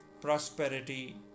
prosperity